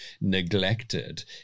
neglected